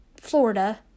Florida